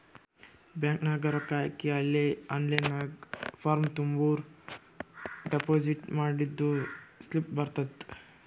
bank ನಾಗ್ ರೊಕ್ಕಾ ಹಾಕಿ ಅಲೇ ಆನ್ಲೈನ್ ನಾಗ್ ಫಾರ್ಮ್ ತುಂಬುರ್ ಡೆಪೋಸಿಟ್ ಮಾಡಿದ್ದು ಸ್ಲಿಪ್ನೂ ಬರ್ತುದ್